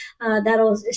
That'll